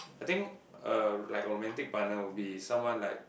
I think uh like romantic partner will be someone like